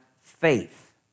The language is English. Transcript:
faith